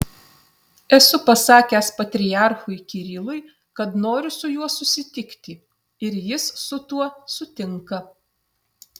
esu pasakęs patriarchui kirilui kad noriu su juo susitikti ir jis su tuo sutinka